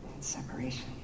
separation